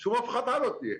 אבל שום הפחתה לא תהיה.